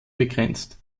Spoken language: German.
begrenzt